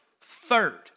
Third